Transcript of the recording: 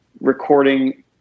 recording